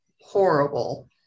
horrible